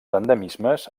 endemismes